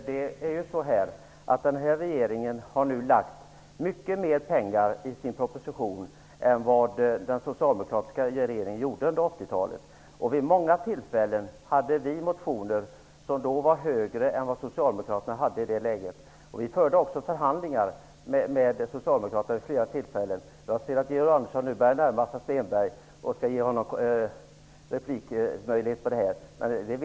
Fru talman! Nuvarande regering har i sin proposition satsat mycket mer pengar än vad den socialdemokratiska regeringen gjorde under 80 talet. Vid många tillfällen hade vi motioner som föreslog högre anslag än vad socialdemokraterna gjorde. Vi förde också förhandlingar med socialdemokraterna vid flera tillfällen. Jag ser att Georg Andersson nu börjar att närma sig Stenberg och vill ge honom replikrätt på mitt inlägg.